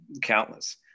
countless